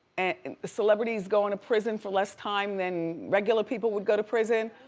and, celebrities going to prison for less time than regular people would go to prison.